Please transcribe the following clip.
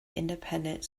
independent